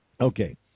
Okay